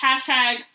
Hashtag